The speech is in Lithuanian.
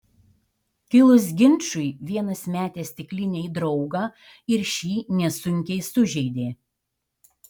kilus ginčui vienas metė stiklinę į draugą ir šį nesunkiai sužeidė